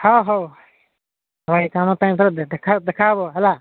ହଁ ହେଉ ଭାଇ ଭାଇ ତମ ପାଇଁ ତ ଦେଖା ହେବ ହେଲା